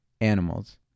animals